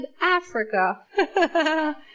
Africa